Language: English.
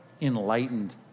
Enlightened